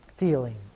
feeling